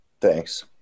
Thanks